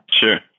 sure